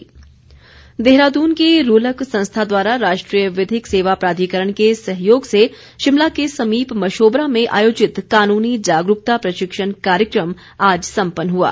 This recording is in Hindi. जागरूकता देहरादून की रूलक संस्था द्वारा राष्ट्रीय विधिक सेवा प्राधिकरण के सहयोग से शिमला के समीप मशोबरा में आयोजित कानूनी जागरूकता प्रशिक्षण कार्यक्रम आज सम्पन्न हुआ